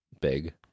big